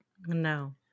No